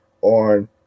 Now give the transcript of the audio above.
on